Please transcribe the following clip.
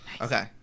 Okay